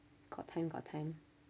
got time got time